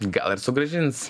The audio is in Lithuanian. gal ir sugrąžins